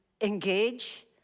engage